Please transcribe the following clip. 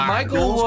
Michael